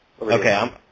Okay